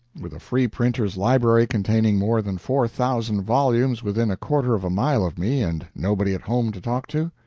with a free printers' library containing more than four thousand volumes within a quarter of a mile of me, and nobody at home to talk to?